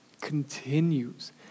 continues